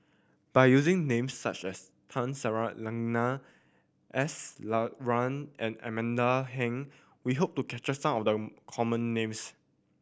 by using names such as Tun Sri Lanang S Iswaran and Amanda Heng we hope to capture some of the common names